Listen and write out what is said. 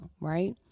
right